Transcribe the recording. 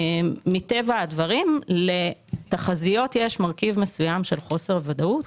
מטבע הדברים לתחזיות יש מרכיב מסוים של חוסר ודאות,